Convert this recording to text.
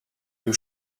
you